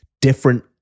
different